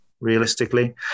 realistically